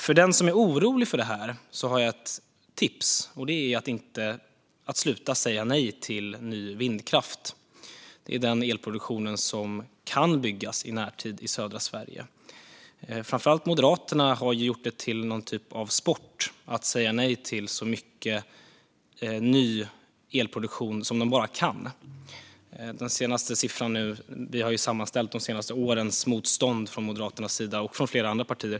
Till den som är orolig för det här har jag ett tips: att sluta säga nej till ny vindkraft. Det är den elproduktion som kan byggas i närtid i södra Sverige. Framför allt Moderaterna har gjort det till någon typ av sport att säga nej till så mycket ny elproduktion som de bara kan. Vi har sammanställt de senaste årens motstånd från Moderaterna och flera andra partier.